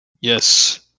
Yes